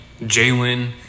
Jalen